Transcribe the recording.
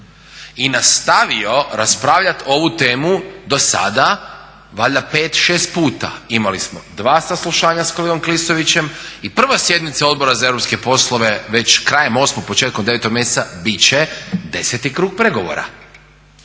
i nastavio raspravljati ovu temu dosada valjda pet, šest puta. Imali smo dva saslušanja sa kolegom Klisovićem i prva sjednica Odbora za europske poslove već krajem osmog početkom devetog mjeseca bit će deseti krug pregovora.